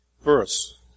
verse